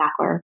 Sackler